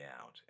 out